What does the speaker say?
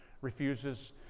refuses